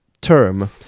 term